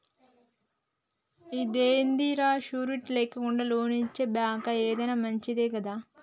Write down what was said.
ఇదేందిరా, షూరిటీ లేకుండా లోన్లిచ్చే బాంకా, ఏంది మంచిదే గదా